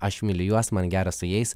aš myliu juos man gera su jais